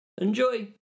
Enjoy